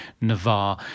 Navarre